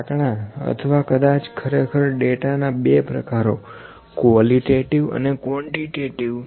આંકડા અથવા કદાચ ખરેખર ડેટા ના બે પ્રકારો કવોલીટેટીવ અને ક્વોન્ટીટેટીવ